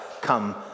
come